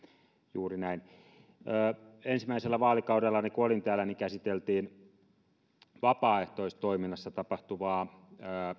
juuri näin ensimmäisellä vaalikaudellani kun olin täällä käsiteltiin vapaaehtoistoiminnassa tapahtuvaa